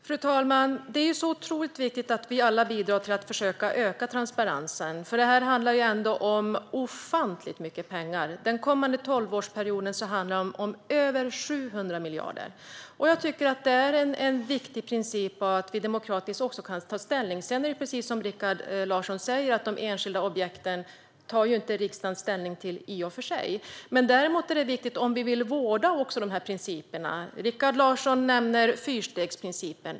Fru talman! Det är otroligt viktigt att vi alla bidrar till att försöka att öka transparensen. Det här handlar ändå om ofantligt mycket pengar. Under den kommande tolvårsperioden handlar det om över 700 miljarder. Det är en viktig demokratisk princip att vi kan ta ställning. Sedan är det precis som Rikard Larsson säger, att riksdagen inte tar ställning till de enskilda objekten. Däremot är det viktigt om man vill vårda dessa principer. Rikard Larsson nämner fyrstegsprincipen.